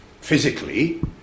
physically